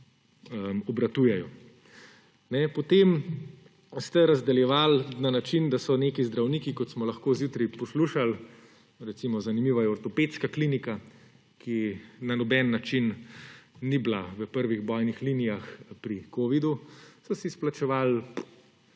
obratujejo. Potem ste razdeljevali na način, da so si neki zdravniki, kot smo lahko zjutraj poslušali – zanimiva je recimo ortopedska klinika, ki na noben način ni bila v prvih bojnih linijah pri covidu – izplačevali